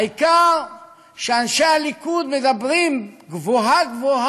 העיקר שאנשי הליכוד מדברים גבוהה-גבוהה